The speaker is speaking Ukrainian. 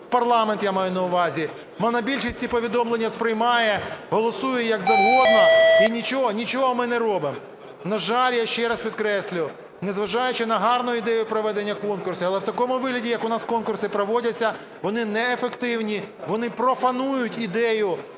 в парламент, я маю на увазі, монобільшість повідомлення сприймає, голосує як завгодно, і нічого ми не робимо. На жаль, я ще раз підкреслюю, не зважаючи на гарну ідею проведення конкурсу, але в такому вигляді, як у нас конкурси проводяться, вони неефективні, вони профанують